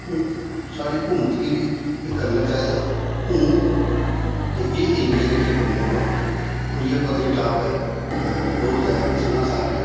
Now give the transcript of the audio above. हून साढ़ी हकूमत गी बी एह् करना चाहिदा हून के एह् ऐरिये जेहके प्रमोट होन हून जियां पत्नीटाप ऐ बटोत ऐ सन्नासर ऐ